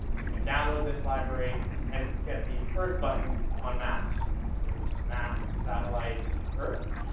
you can download this library and get the earth button on maps. you know, it's map, satellites, earth,